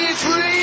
free